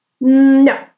No